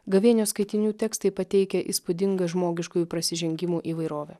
gavėnios skaitinių tekstai pateikia įspūdingą žmogiškųjų prasižengimų įvairovę